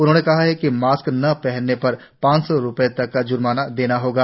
उन्होंने कहा कि मास्क न पहनने पर पांच सौ रुपये तक का ज्र्माना देना होगा